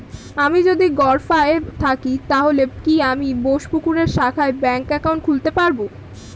আমি যদি গরফায়ে থাকি তাহলে কি আমি বোসপুকুরের শাখায় ব্যঙ্ক একাউন্ট খুলতে পারবো?